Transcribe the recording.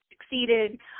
succeeded